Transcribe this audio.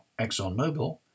ExxonMobil